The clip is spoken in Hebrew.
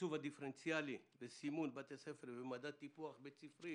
תקצוב הדיפרנציאלי וסימון בתי ספר ומדד טיפוח בית ספרי